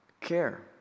care